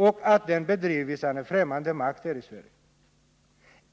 Den har bedrivits av en främmande makt här i Sverige.